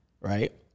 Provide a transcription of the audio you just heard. Right